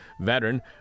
veteran